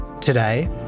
Today